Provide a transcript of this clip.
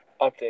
Update